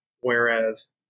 whereas